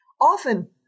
Often